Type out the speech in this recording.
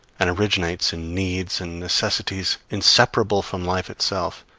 and originates in needs and necessities inseparable from life itself,